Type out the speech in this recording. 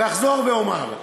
ואחזור ואומר.